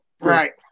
Right